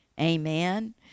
Amen